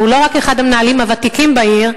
הוא לא רק אחד המנהלים הוותיקים בעיר,